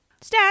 Stats